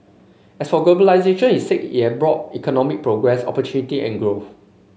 as for globalisation he said it had brought economic progress opportunity and growth